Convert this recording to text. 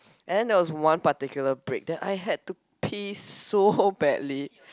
and then there was one particular break that I had to piss so badly